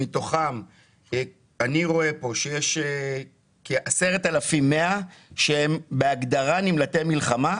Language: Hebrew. מתוכם אני רואה פה שיש כ- 10,100 שהם בהגדרה נמלטי מלחמה,